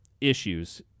issues